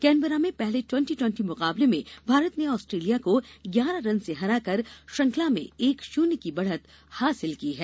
Canberra में पहले twenty twenty मुकाबले में भारत ने ऑस्ट्रेलिया को ग्यारह रन से हराकर श्रृंखला में एक शुन्य की बढ़त हासिल की है